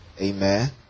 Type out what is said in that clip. Amen